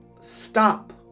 stop